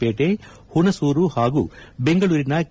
ಪೇಟೆ ಹುಣಸೂರು ಹಾಗೂ ಬೆಂಗಳೂರಿನ ಕೆ